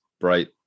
Bright